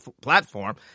platform